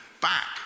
back